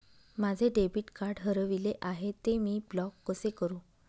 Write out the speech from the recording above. माझे debit card हरविले आहे, ते मी ब्लॉक कसे करु?